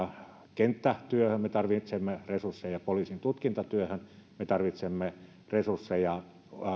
kenttätyöhön me tarvitsemme resursseja poliisin tutkintatyöhön me tarvitsemme resursseja